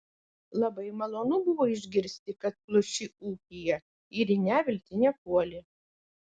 labai malonu buvo išgirsti kad pluši ūkyje ir į neviltį nepuoli